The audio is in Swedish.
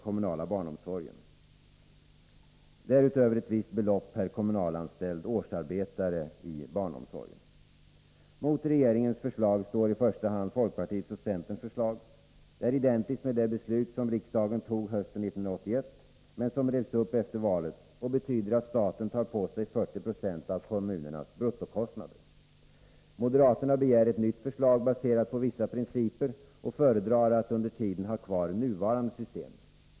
Mot regeringens förslag står i första hand folkpartiets och centerns förslag. Det är identiskt med det beslut riksdagen tog hösten 1981 men som revs upp efter valet och betyder att staten tar på sig 40 20 av kommunernas bruttokostnader. Moderaterna begär ett nytt förslag baserat på vissa principer och föredrar att under tiden ha kvar nuvarande system.